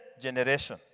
generation